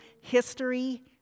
history